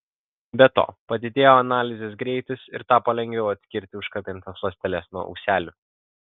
be to padidėjo analizės greitis ir tapo lengviau atskirti užkabintas ląsteles nuo ūselių